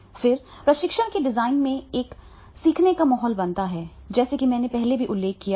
फिर प्रशिक्षण के डिजाइन में एक सीखने का माहौल बनाते हैं जैसा कि मैंने पहले ही उल्लेख किया है